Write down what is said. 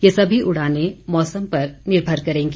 ये सभी उड़ानें मौसम पर निर्भर करेंगी